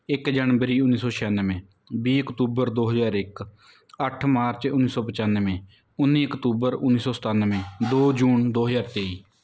ਇਕ ਜਨਵਰੀ ਉੱਨੀ ਸੌ ਛਿਆਨਵੇਂ ਵੀਹ ਅਕਤੂਬਰ ਦੋ ਹਜ਼ਾਰ ਇੱਕ ਅੱਠ ਮਾਰਚ ਉੱਨੀ ਸੌ ਪਚਾਨਵੇਂ ਉੱਨੀ ਅਕਤੂਬਰ ਉੱਨੀ ਸੌ ਸਤਾਨਵੇਂ ਦੋ ਜੂਨ ਦੋ ਹਜ਼ਾਰ ਤੇਈ